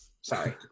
Sorry